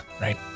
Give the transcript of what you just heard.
Right